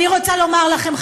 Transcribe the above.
אני רוצה לומר לכם,